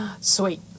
Sweet